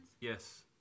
Yes